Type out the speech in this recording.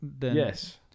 yes